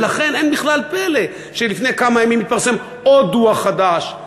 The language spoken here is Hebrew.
ולכן אין בכלל פלא שלפני כמה ימים התפרסם עוד דוח חדש,